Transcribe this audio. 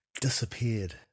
disappeared